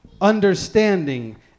understanding